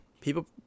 People –